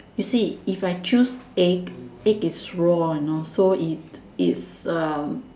you see if I choose egg egg is raw you know so it it's um